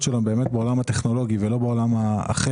שלו הן באמת בעולם הטכנולוגי ולא בעולם האחר.